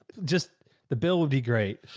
just the bill would be great.